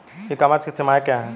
ई commerce की सीमाएं क्या हैं?